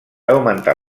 augmentar